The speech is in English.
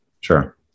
Sure